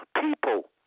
people